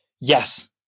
yes